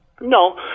no